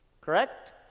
Correct